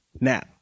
now